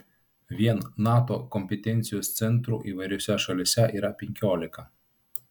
vien nato kompetencijos centrų įvairiose šalyse yra penkiolika